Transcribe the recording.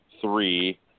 three